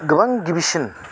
गोबां गिबिसिन